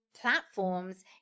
platforms